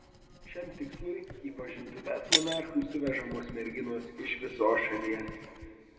šiam tikslui į pažintuves monarchui suvežamos merginos iš visos šalies